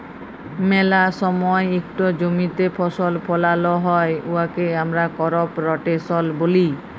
ম্যালা সময় ইকট জমিতে ফসল ফলাল হ্যয় উয়াকে আমরা করপ রটেশল ব্যলি